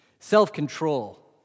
Self-control